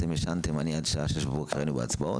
אתם ישנתם, אני עד שעה שש בבוקר הייתי בהצבעות.